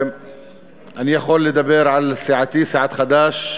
אני יכול לדבר על סיעתי, סיעת חד"ש,